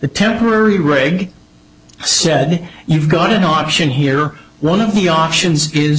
the temporary reg said you've got an option here one of the options is